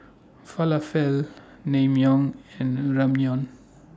Falafel Naengmyeon and Ramyeon